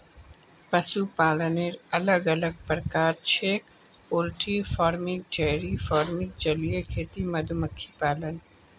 पशुपालनेर अलग अलग प्रकार छेक पोल्ट्री फार्मिंग, डेयरी फार्मिंग, जलीय खेती, मधुमक्खी पालन